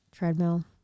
treadmill